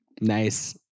nice